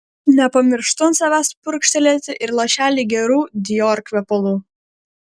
nepamirštu ant savęs purkštelėti ir lašelį gerų dior kvepalų